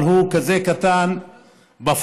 אבל הוא כזה קטן בפועל,